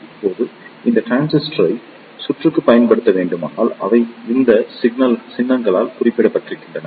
இப்போது இந்த டிரான்சிஸ்டரை சுற்றுக்கு பயன்படுத்த வேண்டுமானால் அவை இந்த சின்னங்களால் குறிப்பிடப்படுகின்றன